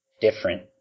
different